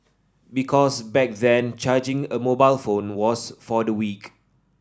because back then charging a mobile phone was for the weak